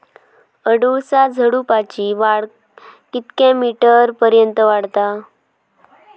अडुळसा झुडूपाची वाढ कितक्या मीटर पर्यंत वाढता?